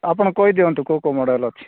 ଆପଣ କହିଦିଅନ୍ତୁ କେଉଁ କେଉଁ ମଡ଼େଲ୍ ଅଛି